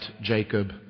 Jacob